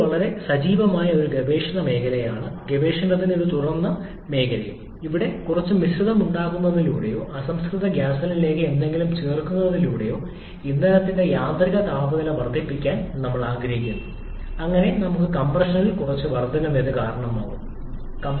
ഇത് വളരെ സജീവമായ ഗവേഷണ മേഖലയും ഗവേഷണത്തിന്റെ ഒരു തുറന്ന മേഖലയുമാണ് അവിടെ കുറച്ച് മിശ്രിതം ഉണ്ടാക്കുന്നതിലൂടെയോ അസംസ്കൃത ഗ്യാസോലിനിലേക്ക് എന്തെങ്കിലും ചേർക്കുന്നതിലൂടെയോ ഇന്ധനത്തിന്റെ യാന്ത്രിക താപനില വർദ്ധിപ്പിക്കാൻ ഞങ്ങൾ ആഗ്രഹിക്കുന്നു അങ്ങനെ നമുക്ക് കംപ്രഷനിൽ കുറച്ച് വർദ്ധനവിന് കാരണമാകും അനുപാതം